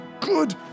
good